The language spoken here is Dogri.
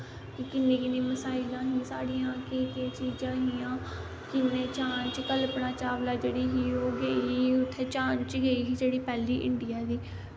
किन्नियां किन्नियां मिसाईलां हियां केह् केह् चीजां हियां कि हून एह् चांद च कल्पना चावला जेह्ड़ी ही ओह् गेई उत्थें चांद च गेई ही जेह्ड़ी पैह्ली इंडियां दी